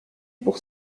pour